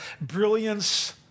brilliance